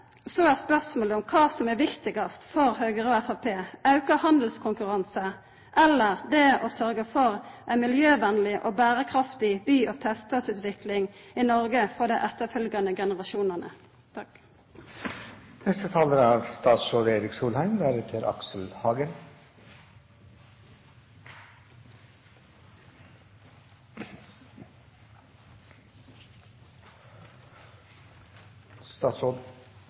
så er spørsmålet om kva som er viktigast for Høgre og Framstegspartiet, auka handelskonkurranse eller det å sørgja for ei miljøvennleg og berekraftig by- og tettstadutvikling i Noreg for dei etterfølgjande generasjonane. Det er